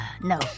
No